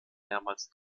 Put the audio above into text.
mehrmals